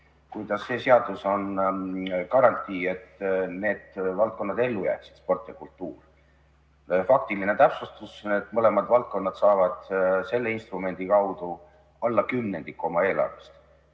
kuidas see seadus on garantii, et need valdkonnad ellu jäävad – sport ja kultuur. Faktiline täpsustus: need mõlemad valdkonnad saavad selle instrumendi kaudu alla kümnendiku oma eelarvest.